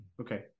Okay